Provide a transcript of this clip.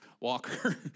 walker